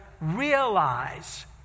realize